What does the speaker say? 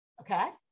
okay